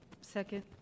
Second